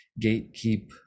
gatekeep